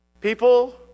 People